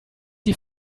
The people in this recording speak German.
die